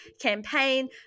campaign